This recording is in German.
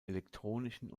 elektronischen